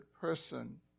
person